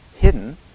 hidden